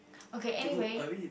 okay anyway